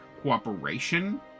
cooperation